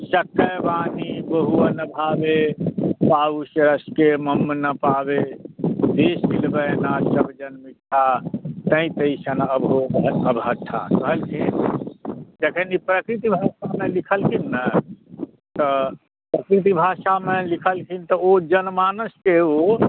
शक्य वाणी बहुए न भावे पाउ रस के मम न पावे देसिल बयना सब जन मिट्ठा तैं तैसों जम्पो अवहट्टा कहलकै जखन ई प्रकृत मे अपने लिखलखिन ने तऽ प्रकृत भाषा मे लिखलखिन तऽ जनमानस के ओ